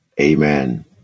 Amen